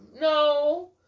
No